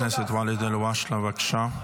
חבר הכנסת ואליד אלהואשלה, בבקשה.